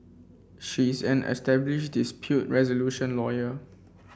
she is an established dispute resolution lawyer